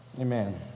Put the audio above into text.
Amen